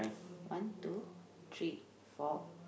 one two three four